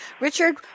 Richard